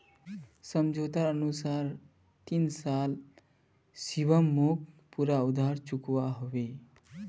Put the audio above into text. समझोतार अनुसार तीन साल शिवम मोक पूरा उधार चुकवा होबे